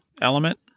element